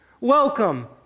welcome